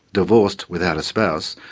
divorced, without a spouse,